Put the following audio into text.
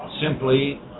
simply